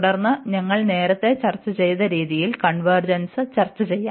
തുടർന്ന് ഞങ്ങൾ നേരത്തെ ചർച്ച ചെയ്ത രീതിയിൽ കൺവെർജെൻസ് ചർച്ചചെയ്യാം